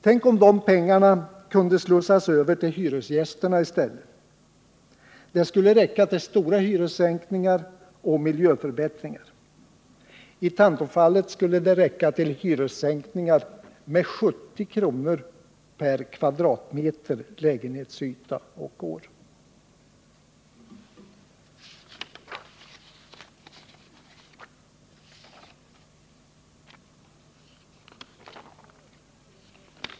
Tänk om de pengarna kunde slussas över till hyresgästerna i stället! Det skulle räcka till stora hyressänkningar och miljöförbättringar. I Tantofallet skulle det räcka till hyressänkningar med 70 kr. per kvadratmeter lägenhetsyta och år.